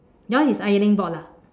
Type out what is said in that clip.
yours is ironing board lah